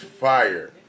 fire